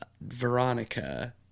Veronica